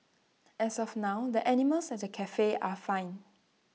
as of now the animals at the Cafe are fine